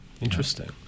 interesting